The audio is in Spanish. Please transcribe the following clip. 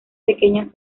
pequeñas